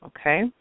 Okay